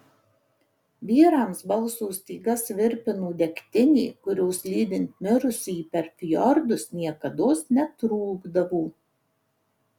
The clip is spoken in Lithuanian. vyrams balso stygas virpino degtinė kurios lydint mirusįjį per fjordus niekados netrūkdavo